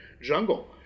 jungle